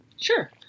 Sure